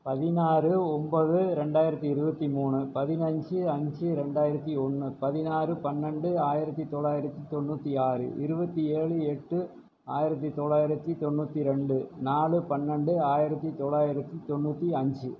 பதினாறு ஒம்போது ரெண்டாயிரத்தி இருபத்தி மூணு பதினைஞ்சு அஞ்சு ரெண்டாயிரத்தி ஒன்று பதினாறு பன்னெண்டு ஆயிரத்தி தொள்ளாயிரத்தி தொண்ணூற்றி ஆறு இருபத்தி ஏழு எட்டு ஆயிரத்தி தொள்ளாயிரத்தி தொண்ணூற்றி ரெண்டு நாலு பன்னெண்டு ஆயிரத்தி தொள்ளாயிரத்தி தொண்ணூற்றி அஞ்சு